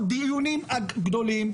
יש פה דיונים גדולים.